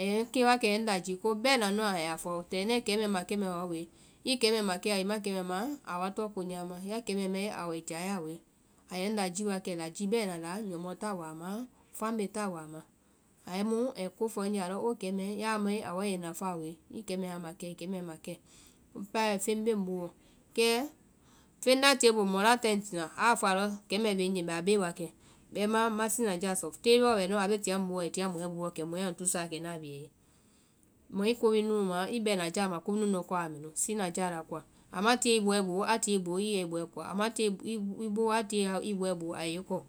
Ɛyɛ ŋ kee wakɛ ɛi ŋ lajii ko bɛna nua, ai ya fɔ tɛnɛɛ kɛmɛɛ ma kɛ mɛ wa, i kɛmɛɛ ma kɛ wa, i ma kɛmɛɛ ma a wa tɔŋ ko nyamã, ya kɛmɛɛ mae ai a yɛ ŋ lajii wakɛ lajii bɛna nyɔmɔɔ tá waa ma, family tá waa ma. Amu ai ko fɔ ŋ nye a lɔ oo kɛmɛɛ ya a mae awa yɛ i nafáa woe. I kɛmɛɛ ma kɛ i kɛ mɛɛ ma kɛ, kumu pɛɛ a bɛ feŋ bee ŋ boo kɛ feŋ la tie ŋ boo mɔ a tae ŋ tina a fɔe alɔ kɛmɛɛ bee ŋ nye mbɛ a bee wakɛ a ye, bɛmaã ŋma sinajáa sɔ. Tée bɔɔ bɛ a bee tia ŋ boo, ai tia ŋ bɔɛ boo wɔ kɛ mɔɛ a ŋ tusáa kɛ ŋna a bee a ye. Mɔ i ko mɛɛ nu nu ma, i bɛnajáa ma komua koa a mɛnu, sinajáa a koa, a ma tie i bɔɛ boo a tie i boo i yɛ i bɔɛ kɔ, ama tie i boo a tie i bɔɛ boo a yɛ i koa.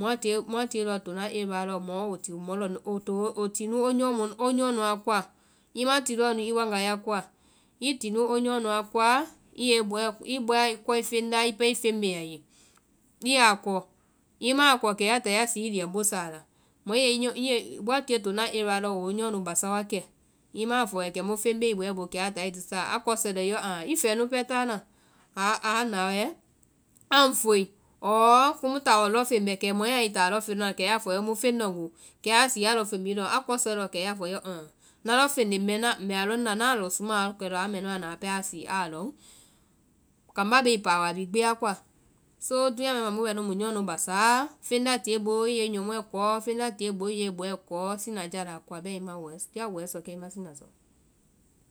Muã tie lɔɔ tona area lɔ, mɔ wo wo ti nu wo nyɔɔ nu a koa, i ma ti lɔɔ nu i waŋga a koa, i ti nu wo nyɔɔ nua koa, i bɔɛ a kɔe feŋ nda i pɛɛ i feŋ bee a ye. I ya kɔ, i ma a kɔ kɛ ya táa sii i liambo sa a la, mɔ woa tie tona area lɔ wo wo nyɔɔ nu basa wakɛ, i ma fɔ wɛ kɛmu feŋ bee i bɔɛ boo kɛ a táa ai tusaa, a kɔsɔe lɔɔ yɔ aã i fɛɛ nu pɛɛ táa na a na wɛ a ŋ fue, ɔɔ kumu taɔ lɔŋ feŋ bɛ, kɛ mɔɛ a i táa lɔŋ feŋ lɔŋna kɛ ya fɔ na muĩ feŋ lɔŋ oo kɛ a sii a lɔŋ feŋ bhii lɔŋ, a kɔsɔe lɔ kɛ ya a fɔ yɔ ŋna lɔŋ feŋ léŋ mɛɛ mbɛ a lɔŋ na na a lɔ suma lɔ kɛ, a mɛ a na a sii a gbi lɔŋ, kambá be i pawáa a bhii kpɛɛ la koa, so dúunya mɛɛ ma mu bɛ i yɛ i nyɔɔ nu básáa, feŋ la tie i boo i yɛ i nyɔmɔɛ kɔɔ, feŋ la tie i boo i yɛ i bɔɛ kɔ sinajáa la koa, bɛmaã ya wɛɛ sɔ kɛ i ma sina sɔ.